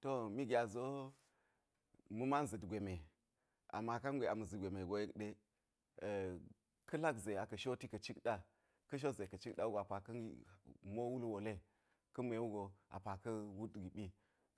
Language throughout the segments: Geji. To mi gyazi ma̱ man za̱t gwe me ama kangwe a ma zi gwe me go yek ɗe ka̱ lak ze aka̱ shoti ka̱ cikɗa ka̱ shot ze ka̱ cikɗa wu a pa ka̱ mo wul wole ka̱ mwe wugo a pa ka̱ wut giɓi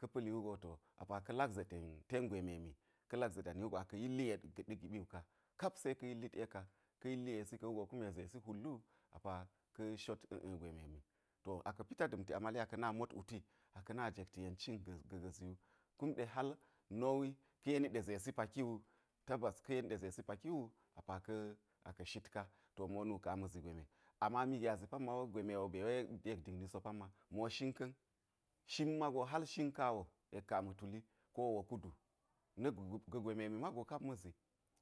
ka̱ pa̱li wugo to a pa lak ze ten gwe mwemi ka̱ lak ze dani wugo a pa aka̱ yilli ye ga̱ ɗa̱ giɓi wu ka kap se ka̱ yillit ye ka̱ yilli yesi ka̱ wugo kume zesi hwul wu a pa ka̱ shot a̱a̱ gwe memi to aka̱ pita da̱mti a mali aka̱ na mot wuti aka̱ na njekti yencin ga̱ ga̱zi wu, kum ɗe hal no wi, ka̱ yeni ɗe zesi paki wu, tabbas ka̱ yeni ɗe zesi paki wu, a pa ka̱ aka̱ shit ka to mo nu ka̱n a ma̱ zi gwe, me ama mi gyazi wo gwe wo be we yek dikni so pamma, mi wo shin ka̱n shin mago hal shin kawo, yek ka̱n a ma̱ tuli ko wo kuɗu na̱ ka̱ memi mago kap ma̱ zi,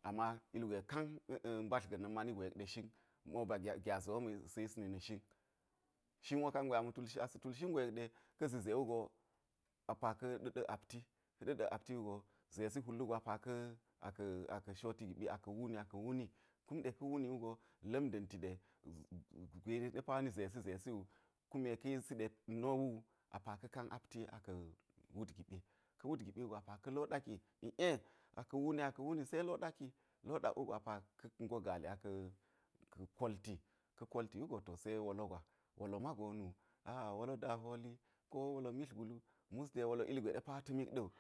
ama ilgwe kan m. badl ga̱na̱n mai go yek ɗe shin mo ba gyazi wo sa̱ yisni na̱ shin, shin wo kangwe asa̱ a ma tul shin go yek ɗe ka̱ zi ze wugo a pa ka̱ ɗa̱ɗa̱k apti ka̱ ɗa̱ɗa̱k apti wugo zesi hwul wugo aka̱ shoti giɓi aka̱ nwuni aka̱ nwuni kum ɗe ka̱ nwuni wugo lam da̱mti ɗe gwe ɗe pa wo ni zesi zesi wu kume ka̱ yisi ɗe no wu a pa ka̱ kan apti aka̱ wut giɓi, ka̱ wut giɓi wugo a pa ka̱ loɗaki iˈe aka̱ wuni aka̱ nwuni se loɗaki loɗak wugo a pa ka̱ ng gali aka kolti ka̱ kolti wugo to se wolo gwa wolo mago nu aa wolo ko wolo mitlgulu mus de wolo ilgwe ta̱mik ɗa̱ wu.